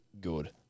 good